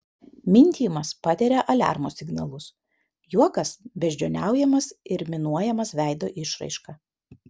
mintijimas patiria aliarmo signalus juokas beždžioniaujamas ir minuojamas veido išraiška